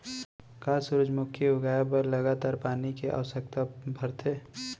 का सूरजमुखी उगाए बर लगातार पानी के आवश्यकता भरथे?